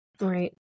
right